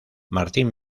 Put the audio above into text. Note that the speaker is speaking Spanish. martín